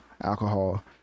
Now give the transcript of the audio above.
alcohol